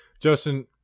Justin